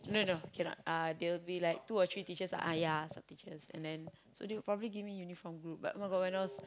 no no cannot uh there will be like two three ah ya sub teachers and then so they will probably give me uniform group but [oh]-my-god when I was